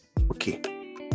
Okay